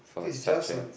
think is just some